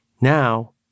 now